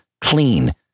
clean